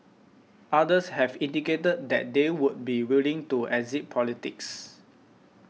others have indicated that they would be willing to exit politics